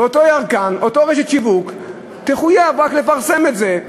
ואותו ירקן, אותה רשת שיווק תחויב רק לפרסם את זה,